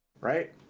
Right